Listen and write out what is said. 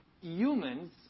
Humans